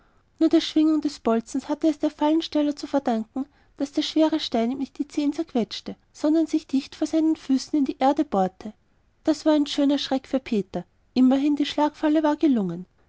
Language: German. nur der schwingung des bolzens hatte es der fallensteller zu verdanken daß der schwere stein ihm nicht die zehen zerquetschte sondern sich dicht vor seinen füßen in die erde bohrte das war ein schöner schreck für peter immerhin die schlagfalle war gelungen